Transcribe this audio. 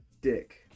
dick